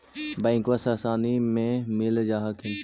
बैंकबा से आसानी मे मिल जा हखिन?